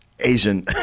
Asian